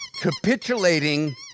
capitulating